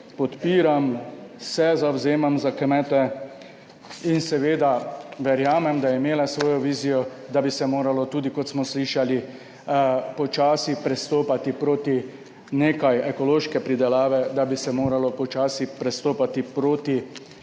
podpiram, se zavzemam za kmete in seveda verjamem, da je imela svojo vizijo, da bi se moralo tudi, kot smo slišali, počasi prestopati proti nekaj ekološke pridelave, da bi se moralo počasi prestopati proti